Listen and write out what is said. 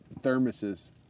thermoses